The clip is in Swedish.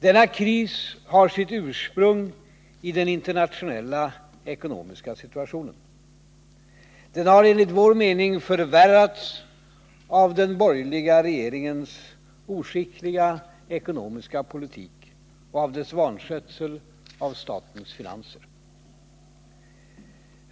Denna kris har sitt ursprung i den internationella ekonomiska situationen. Den har enligt vår mening förvärrats av den borgerliga regeringens oskickliga ekonomiska politik och dess vanskötsel av statens finanser.